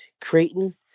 Creighton